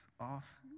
ask